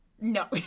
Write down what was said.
No